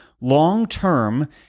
Long-term